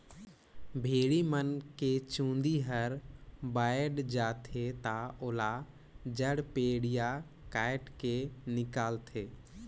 भेड़ी मन के चूंदी हर बायड जाथे त ओला जड़पेडिया कायट के निकालथे